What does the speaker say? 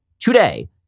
Today